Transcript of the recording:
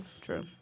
true